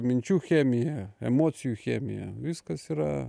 minčių chemija emocijų chemija viskas yra